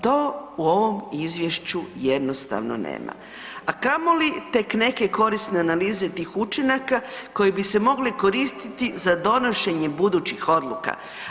To u ovom izvješću jednostavno nema a kamoli tek neke korisne analize tih učinaka koji bi se mogli koristiti za donošenje budućih odluka.